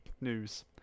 news